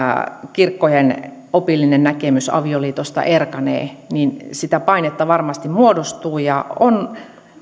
kirkkojen opillinen näkemys avioliitosta erkanevat sitä painetta varmasti muodostuu ja on